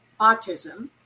autism